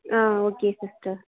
ah okay sister